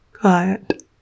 quiet